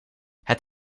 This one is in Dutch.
het